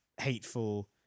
hateful